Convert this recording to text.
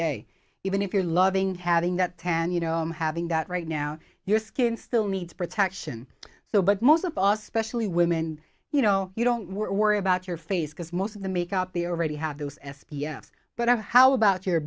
day even if you're loving having that tan you know having that right now your skin still needs protection so but most of all specially women you know you don't worry about your face because most of the makeup they already have those s p f but of how about your